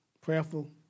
prayerful